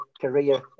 career